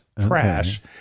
trash